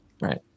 right